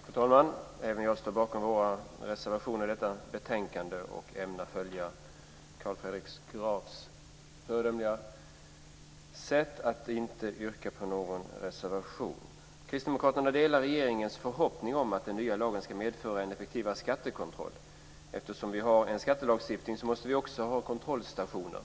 Fru talman! Även jag står bakom våra reservationer till detta betänkande, men ämnar följa Carl Fredrik Grafs föredöme och inte yrka på någon reservation. Kristdemokraterna delar regeringens förhoppning om att den nya lagen ska medföra en effektivare skattekontroll. Eftersom vi har en skattelagstiftning måste vi också ha kontrollstationer.